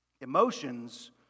Emotions